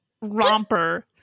romper